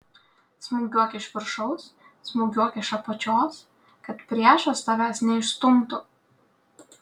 smūgiuok iš viršaus smūgiuok iš apačios kad priešas tavęs neišstumtų